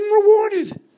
rewarded